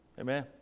Amen